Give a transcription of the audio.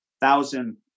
thousand